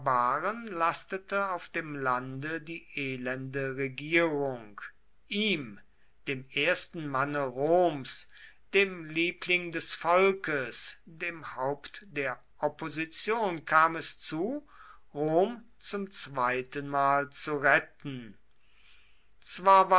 lastete auf dem lande die elende regierung ihm dem ersten manne roms dem liebling des volkes dem haupt der opposition kam es zu rom zum zweitenmal zu retten zwar